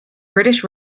british